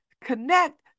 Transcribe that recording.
connect